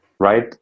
Right